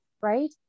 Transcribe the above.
right